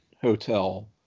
hotel